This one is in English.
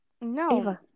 No